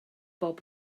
pob